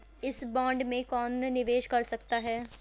इस बॉन्ड में कौन निवेश कर सकता है?